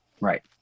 right